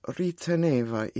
riteneva